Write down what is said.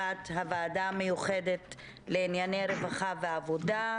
אני מתכבדת לפתוח את ישיבת הוועדה המיוחדת לענייני רווחה ועבודה.